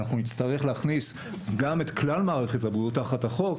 נצטרך להכניס גם את כלל מערכת הבריאות תחת החוק,